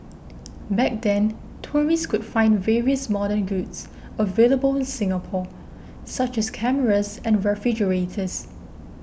back then tourists could find various modern goods available in Singapore such as cameras and refrigerators